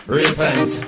repent